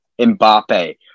Mbappe